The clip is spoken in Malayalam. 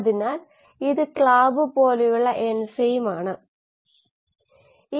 അതിനാൽ ഇവിടെ കോശത്തിലേക്ക് Sഇൻപുട്ട് ഇല്ല